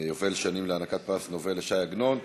יובל להענקת פרס נובל לש"י עגנון,